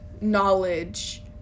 knowledge